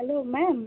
hello ma'am